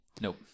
Nope